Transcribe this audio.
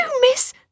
miss